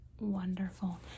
wonderful